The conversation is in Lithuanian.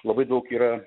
labai daug yra